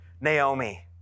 Naomi